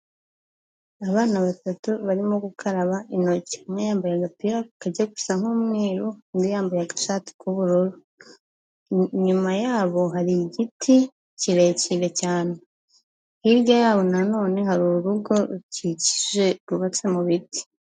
Abana batatu barimo gukaraba intoki, umwe yambaye agapira kajya gusa nk'umweru, umwe yambaye aga ishati k'ubururu, inyuma yabo hari igiti kirekire cyane, hirya yabo nanone hari urugo rukikije rwubatse mu biti.